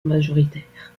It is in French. majoritaire